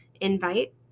invite